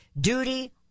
duty